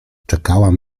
czekałam